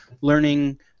learning